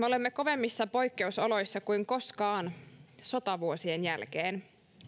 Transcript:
olemme kovemmissa poikkeusoloissa kuin koskaan sotavuosien jälkeen